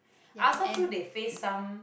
I also feel they face some